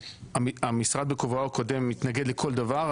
המשרד בכובעו הקודם התנגד לכל דבר,